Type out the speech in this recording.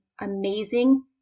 amazing